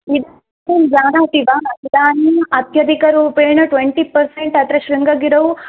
इदानीं त्वं जानाति वा इदानीम् अत्यधिकरूपेण ट्वेन्टि पर्सेण्ट् अत्र शृङ्गगिरौ